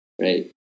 right